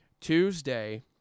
Tuesday